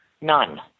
None